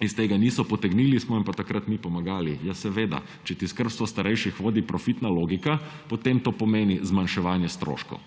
iz tega niso potegnili, smo jim pa takrat mi pomagali. Ja seveda, če ti skrbstvo starejših vodi profitna logika, potem to pomeni zmanjševanje stroškov,